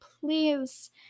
please